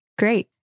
Great